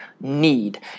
need